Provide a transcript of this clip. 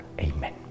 Amen